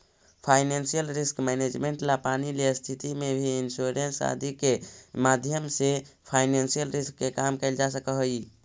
financial risk management ला पानी ले स्थिति में भी इंश्योरेंस आदि के माध्यम से फाइनेंशियल रिस्क के कम कैल जा सकऽ हई